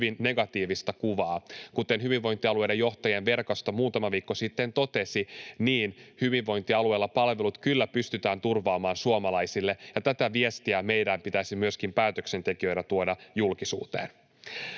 hyvin negatiivista kuvaa. Kuten hyvinvointialueiden johtajien verkosto muutama viikko sitten totesi, niin hyvinvointialueilla palvelut kyllä pystytään turvaamaan suomalaisille, ja tätä viestiä meidän pitäisi myöskin päätöksentekijöinä tuoda julkisuuteen.